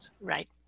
right